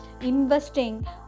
investing